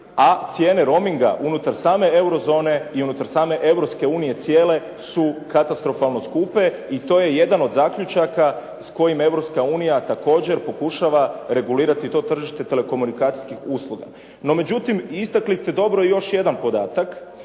a cijene roaminga unutar same euro zone i unutar same Europske unije cijele su katastrofalno skupe. I to je jedan od zaključaka s kojim Europska unija također pokušava regulirati to tržište telekomunikacijskih usluga. No međutim, istakli ste dobro još jedan podatak,